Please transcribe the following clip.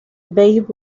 babe